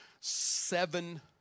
Seven